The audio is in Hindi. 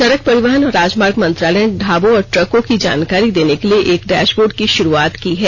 सड़क परिवहन और राजमार्ग मंत्रालय ने ढाबों और ट्रकों की जानकारी देने के लिए एक डैशबोर्ड की श्रुआत की है